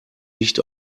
nicht